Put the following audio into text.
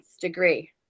degree